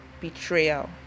betrayal